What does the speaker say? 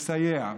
ולסייע.